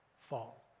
fall